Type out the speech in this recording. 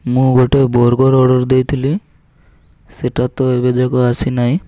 ମୁଁ ଗୋଟେ burger order ଦେଇଥିଲି ସେଟା ତ ଏବେ ଯାକ ଆସିନାହିଁ